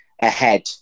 ahead